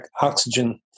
oxygen